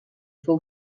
fou